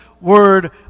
Word